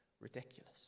Ridiculous